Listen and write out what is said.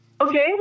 Okay